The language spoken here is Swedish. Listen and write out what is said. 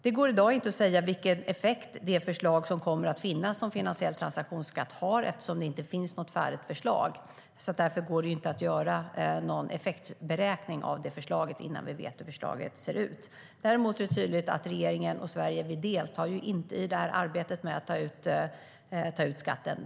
Det går inte att säga i dag vilken effekt förslaget om finansiell transaktionsskatt kommer att ha eftersom det inte finns något färdigt förslag. Det går inte att göra någon effektberäkning av förslaget innan vi vet hur det ser ut. Regeringen och Sverige deltar inte i arbetet med att ta ut skatten.